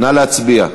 נא להצביע.